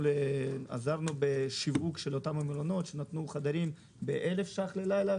עזרנו בשיווק של אותם מלונות שנתנו חדרים ב-1,000 שקל ללילה,